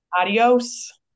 Adios